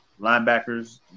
Linebackers